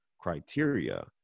criteria